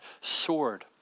sword